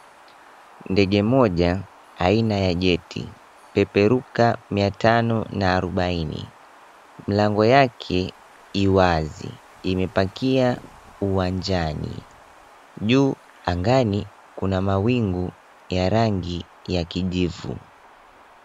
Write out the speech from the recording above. Ndege moja aina ya jeti Peperuka 540 mlango yake iwazi imepakia uwanjani. Juu angani kuna mawingu ya rangi ya kijivu.